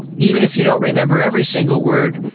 even if you don't remember every single word,